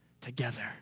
together